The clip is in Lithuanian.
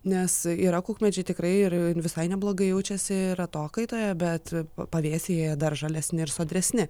nes yra kukmedžiai tikrai ir visai neblogai jaučiasi ir atokaitoje bet pavėsyje dar žalesni ir sodresni